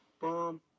Bomb